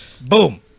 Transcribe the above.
Boom